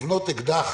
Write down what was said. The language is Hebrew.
לבנות אקדח